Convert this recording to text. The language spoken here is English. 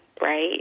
right